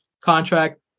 contract